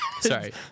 Sorry